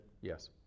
Yes